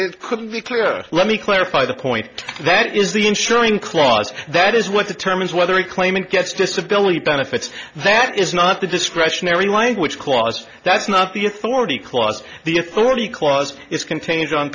it couldn't be clearer let me clarify the point that is the insuring clause that is what determines whether a claim and gets disability benefits that is not the discretionary language clause that's not the authority clause the authority clause is contained on